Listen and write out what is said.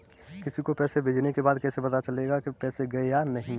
किसी को पैसे भेजने के बाद कैसे पता चलेगा कि पैसे गए या नहीं?